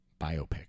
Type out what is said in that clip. biopic